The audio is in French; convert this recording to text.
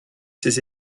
ses